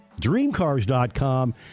Dreamcars.com